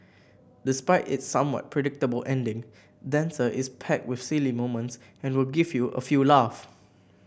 despite its somewhat predictable ending Dancer is packed with silly moments and will give you a few laugh